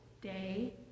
day